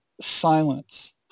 silence